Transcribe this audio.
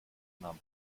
nahm